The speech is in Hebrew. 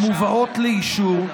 המובאות לאישור,